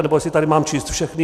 Nebo jestli tady mám číst všechny.